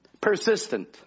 persistent